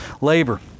labor